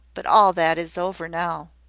but all that is over now.